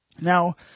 Now